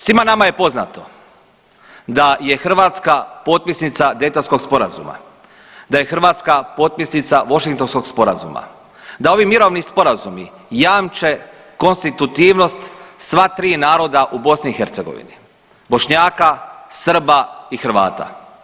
Svima nama je poznato da je Hrvatska potpisnica Dejtonskog sporazuma, da je Hrvatska potpisnica Vošingtonskog sporazuma, da ovi mirovni sporazumi jamče konstitutivnost sva tri naroda u BiH, Bošnjaka, Srba i Hrvata.